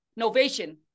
novation